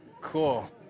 Cool